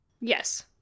Yes